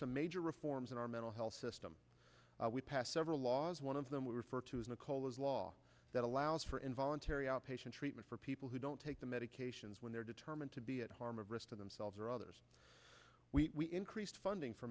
some major reforms in our mental health system we passed several laws one of them we refer to as nikolas law that allows for involuntary outpatient treatment for people who don't take the medications when they're determined to be at harm a risk to themselves or others we increased funding for